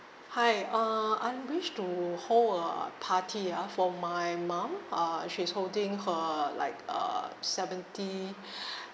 hi uh I wish to hold a party ah for my mom ah she's holding her like uh seventy